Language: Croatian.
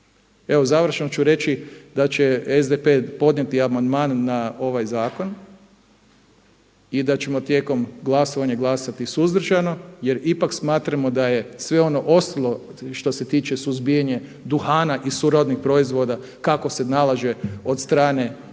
završno ću reći da će SDP podnijeti amandman na ovaj zakon i da ćemo tijekom glasovanja glasati suzdržano jer ipak smatramo da je sve ono ostalo što se tiče suzbijanja duhana i srodnih proizvoda kako se nalaže od strane